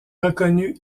reconnu